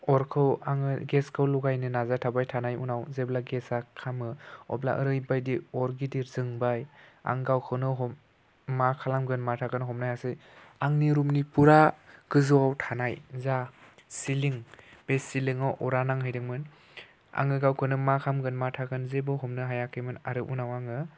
अरखौ आङो गेसखौ लगायनो नाजाथाब्बाय थानाय उनाव जेब्ला गेसआ खामो अब्ला ओरैबायदि अर गिदिर जोंबाय आं गावखौनो मा खालामगोन मा थागोन हमनो हायासै आंनि रुमनि पुरा गोजौआव थानाय जा सिलिं बे सिलिङाव अरा नांहैदोंमोन आङो गावखौनो मा खालामगोन मा थागोन जेबो हमनो हायाखैमोन आरो उनाव आङो